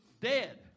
dead